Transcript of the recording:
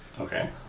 Okay